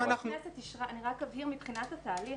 אם אנחנו --- אני רק אבהיר מבחינת התהליך.